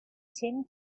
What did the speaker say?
tim